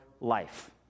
life